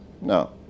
No